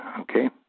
okay